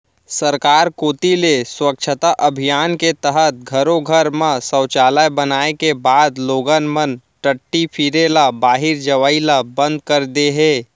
सरकार कोती ले स्वच्छता अभियान के तहत घरो घर म सौचालय बनाए के बाद लोगन मन टट्टी फिरे ल बाहिर जवई ल बंद कर दे हें